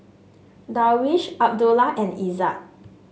Darwish Abdullah and Izzat